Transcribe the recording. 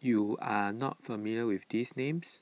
you are not familiar with these names